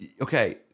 okay